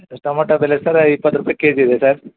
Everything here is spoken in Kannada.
ಟೊಮೋಟ ಬೆಲೆ ಸರ್ ಇಪ್ಪತ್ತು ರೂಪಾಯಿ ಕೆ ಜಿ ಇದೆ ಸರ್